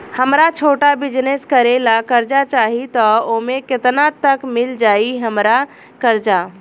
हमरा छोटा बिजनेस करे ला कर्जा चाहि त ओमे केतना तक मिल जायी हमरा कर्जा?